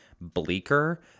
bleaker